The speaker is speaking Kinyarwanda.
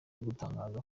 gutangaza